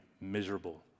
miserable